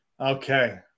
Okay